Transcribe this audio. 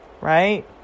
Right